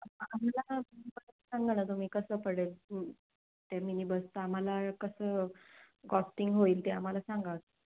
आम्हाला मला सांगा ना तुम्ही कसं पडेल ते मिनी बसचं आम्हाला कसं कॉस्टिंग होईल ते आम्हाला सांगा